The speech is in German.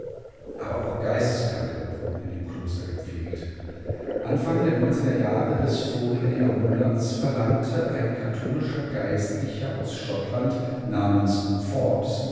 aber auch geisteskranke wurden in dem kloster verpflegt anfang der neunziger jahre des vorigen jahrhunderts verlangte ein katholischer geistlicher cher aus schottland namens forbes